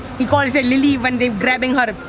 he calls her lilly, when they're grabbing her.